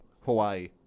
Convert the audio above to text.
Hawaii